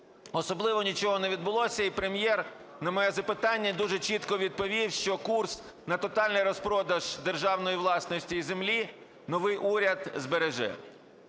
особливо нічого не відбулося. І Прем'єр на моє запитання дуже чітко відповів, що курс на тотальний розпродаж державної власності і землі новий уряд збереже.